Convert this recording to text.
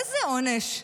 איזה עונש,